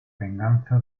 venganza